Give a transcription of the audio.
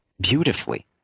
beautifully